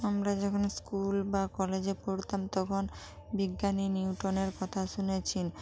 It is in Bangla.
আমরা যখন স্কুল বা কলেজে পড়তাম তখন বিজ্ঞানী নিউটনের কথা শুনেছি